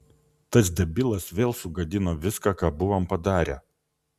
tas debilas vėl sugadino viską ką buvom padarę